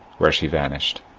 where she vanished.